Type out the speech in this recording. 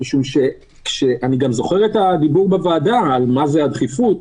אני גם זוכר את הדיבור בוועדה על הדחיפות.